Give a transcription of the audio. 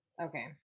okay